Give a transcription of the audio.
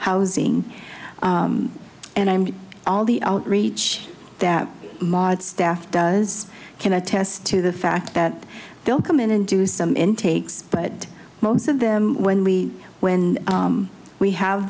housing and all the outreach that maad staff does can attest to the fact that they'll come in and do some intakes but most of them when we when we have